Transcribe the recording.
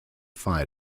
fire